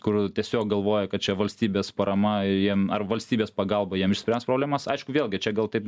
kur tiesiog galvoja kad čia valstybės parama jiem ar valstybės pagalba jiem išspręs problemas aišku vėlgi čia gal taip